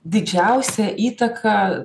didžiausią įtaką